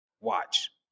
Watch